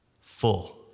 full